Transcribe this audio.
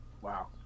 Wow